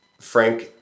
Frank